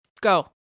Go